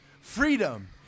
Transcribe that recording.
Freedom